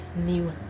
new